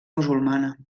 musulmana